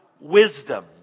Wisdom